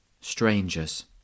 strangers